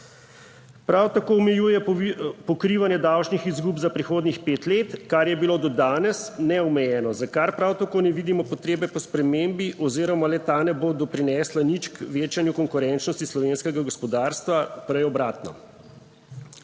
Prav tako omejuje pokrivanje davčnih izgub za prihodnjih pet let, kar je bilo do danes neomejeno, za kar prav tako ne vidimo potrebe po spremembi oziroma le-ta ne bo doprinesla nič k večanju konkurenčnosti slovenskega gospodarstva, prej obratno.